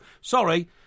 Sorry